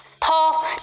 Paul